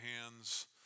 hands